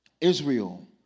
Israel